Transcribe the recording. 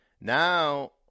Now